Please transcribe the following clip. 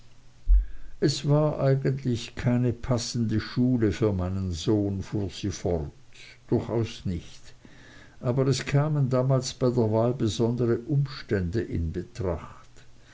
es war eigentlich keine passende schule für meinen sohn fuhr sie fort durchaus nicht aber es kamen damals bei der wahl besondere umstände in betracht